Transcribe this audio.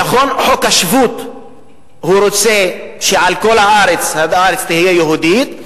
נכון, חוק השבות רוצה שכל הארץ תהיה יהודית.